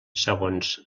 segons